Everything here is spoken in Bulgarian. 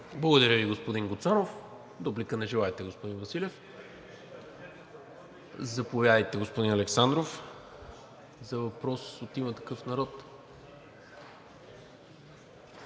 Благодаря Ви, господин Гуцанов. Дуплика не желаете, господин Василев. Заповядайте, господин Александров, за въпрос от „Има такъв народ“.